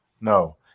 No